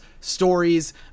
stories